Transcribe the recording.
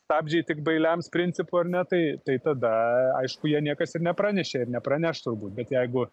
stabdžiai tik bailiams principu ar ne tai tai tada aišku jie niekas ir nepranešė ir nepraneš turbūt bet jeigu